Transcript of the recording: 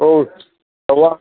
औ माबा